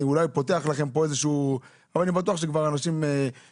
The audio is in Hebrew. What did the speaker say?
אני אולי פותח לכם פה איזה שהוא אבל אני בטוח שאנשים יותר